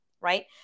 right